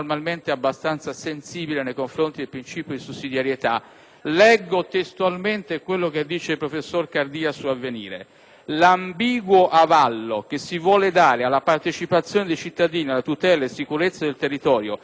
Leggo testualmente ciò che ha scritto il professor Cardia su «Avvenire»: «L'ambiguo avallo che si vuole dare alla partecipazione dei cittadini alla tutela e sicurezza del territorio legittimando associazioni dei cittadini per la sorveglianza